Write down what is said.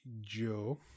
Joe